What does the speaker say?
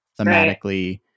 thematically